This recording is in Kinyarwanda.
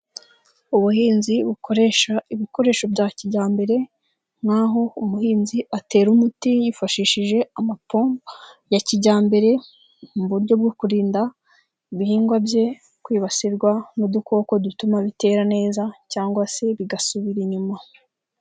Ubuhinzi bukoresha ibikoresho bya kijyambere nk'aho umuhinzi atera umuti yifashishije amapompo ya kijyambere, mu buryo bwo kurinda ibihingwa bye kwibasirwa n'udukoko dutuma bitera neza cyangwa se bigasubira inyuma.